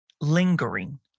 lingering